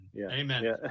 Amen